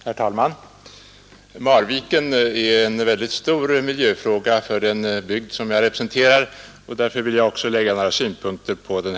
Herr talman! Marviken är en väldigt stor miljöfråga för den bygd som jag representerar, och därför vill också jag anlägga några synpunkter på den.